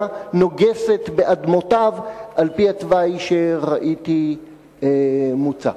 נוגסת באדמותיו על-פי התוואי שראיתי מוצע?